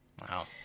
Wow